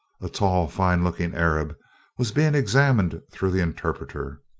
a tall, fine-looking arab was being examined through the interpreter.